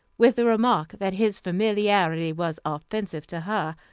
with the remark that his familiarity was offensive to her.